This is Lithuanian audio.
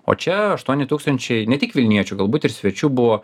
o čia aštuoni tūkstančiai ne tik vilniečių galbūt ir svečių buvo